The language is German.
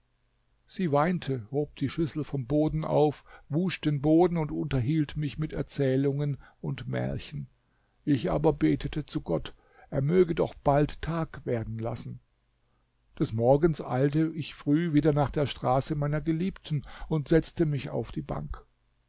sie weinte hob die schüssel vom boden auf wusch den boden und unterhielt mich mit erzählungen und märchen ich aber betete zu gott er möge doch bald tag werden lassen des morgens früh eilte ich wieder nach der straße meiner geliebten und setzte mich auf die bank